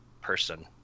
person